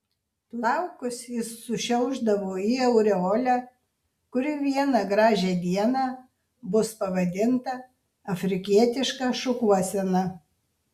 plaukus jis sušiaušdavo į aureolę kuri vieną gražią dieną bus pavadinta afrikietiška šukuosena